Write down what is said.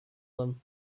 them